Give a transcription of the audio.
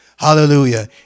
Hallelujah